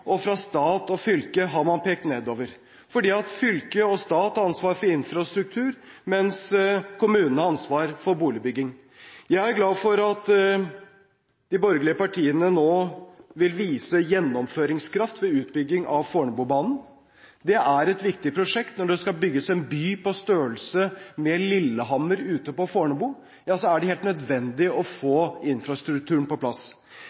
og fra stat og fylke har man pekt nedover. For fylke og stat har ansvar for infrastruktur, mens kommunene har ansvar for boligbygging. Jeg er glad for at de borgerlige partiene nå vil vise gjennomføringskraft ved utbygging av Fornebubanen. Det er et viktig prosjekt. Når det skal bygges en by på størrelse med Lillehammer ute på Fornebu, er det helt nødvendig å få infrastrukturen på plass.